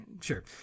sure